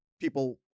people